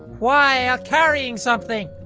while carrying something.